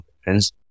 friends